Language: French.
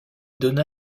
donna